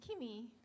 Kimmy